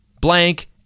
blank